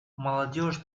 молодежь